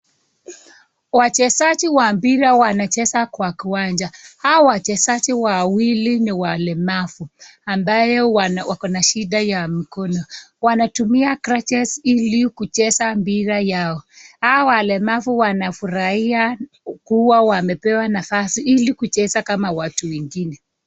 Wachezaji wa mpira wanacheza kwa uwanja hawa wachezaji wawili ni walemavu ambaye wakona shida ya mkono wanatumia crutches hili kucheza mpira yao hawa walemavu wanafurahia kuwa wamepewa nafasi hili kucheza kama watu wengine.